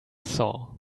saw